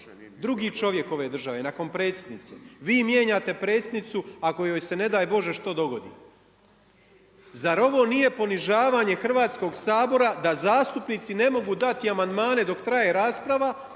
Drugi čovjek ove države, nakon Predsjednice. Vi mijenjate predsjednicu, ako joj se ne daj Bože što dogodi. Zar ovo nije ponižavanje Hrvatskog sabora, da zastupnici ne mogu dati amandmane dok traje rasprava.